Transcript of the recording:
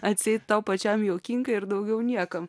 atseit tau pačiam juokinga ir daugiau niekam